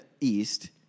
East